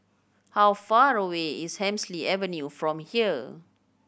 how far away is Hemsley Avenue from here